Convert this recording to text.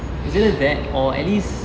it's either that or at least